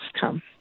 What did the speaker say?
come